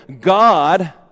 God